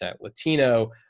Latino